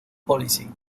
policy